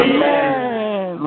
Amen